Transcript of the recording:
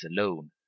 alone